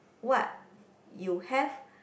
what you have